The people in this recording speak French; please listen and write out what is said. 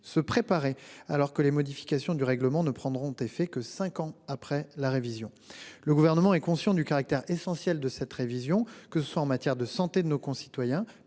se préparer, alors que les modifications du règlement ne prendront effet que cinq ans après la révision. Le Gouvernement est conscient du caractère essentiel de cette révision pour la santé de nos concitoyens,